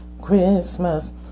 christmas